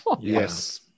yes